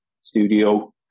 studio